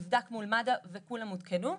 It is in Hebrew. נבדק מול מד"א וכולם עודכנו.